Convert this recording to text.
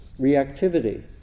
reactivity